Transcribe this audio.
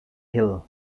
hill